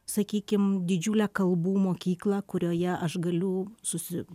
sakykim didžiulę kalbų mokyklą kurioje aš galiu susi